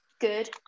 good